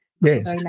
Yes